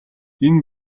энэ